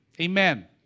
Amen